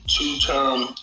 two-term